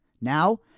Now